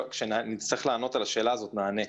כשנצטרך לענות על השאלה נענה.